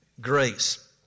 grace